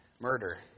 murder